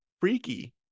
freaky